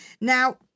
Now